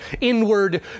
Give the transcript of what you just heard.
inward